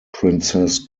princess